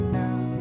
now